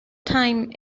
time